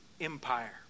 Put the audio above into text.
Empire